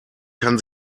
kann